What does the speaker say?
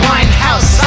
Winehouse